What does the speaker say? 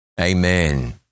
Amen